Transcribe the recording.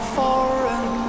foreign